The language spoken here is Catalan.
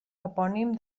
epònim